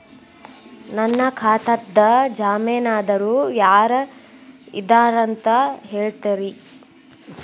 ನನ್ನ ಖಾತಾದ್ದ ಜಾಮೇನದಾರು ಯಾರ ಇದಾರಂತ್ ಹೇಳ್ತೇರಿ?